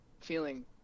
feeling